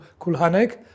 Kulhanek